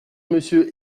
monsieur